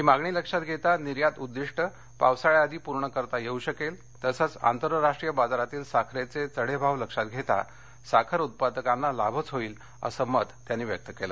ही मागणी लक्षात घेता निर्यात उद्दीष्ट पावसाळ्याआधी पूर्ण करता येऊ शकेल तसंच आंतरराष्ट्रीय बाजारातील साखरेचे चढे भाव लक्षात घेता साखर उत्पादकांना लाभच होईल असं मत त्यांनी व्यक्त केल